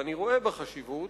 ואני רואה בה חשיבות,